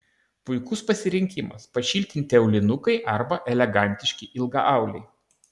puikus pasirinkimas pašiltinti aulinukai arba elegantiški ilgaauliai